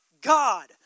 God